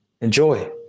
enjoy